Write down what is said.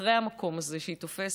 אחרי המקום הזה שהיא תופסת,